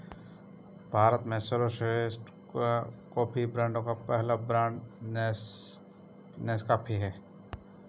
भारत में सर्वश्रेष्ठ कॉफी ब्रांडों का पहला ब्रांड नेस्काफे है